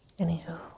anywho